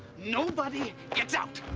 nobody gets out!